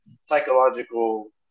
psychological